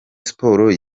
sport